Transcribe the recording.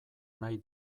nahi